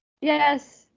yes